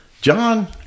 John